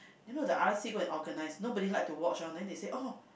you know the R_C go and organize nobody like to watch loh then they say oh